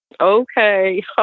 okay